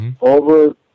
over